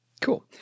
cool